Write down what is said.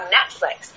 Netflix